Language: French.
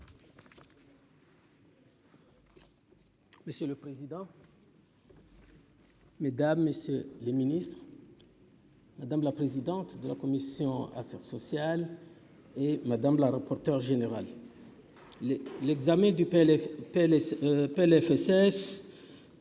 Monsieur le président. Mesdames, messieurs les Ministres, madame la présidente de la commission, affaires sociales et Madame la rapporteure générale les l'examen du PLF